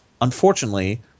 Unfortunately